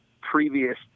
previous